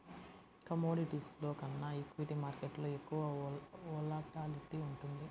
కమోడిటీస్లో కన్నా ఈక్విటీ మార్కెట్టులో ఎక్కువ వోలటాలిటీ ఉంటుంది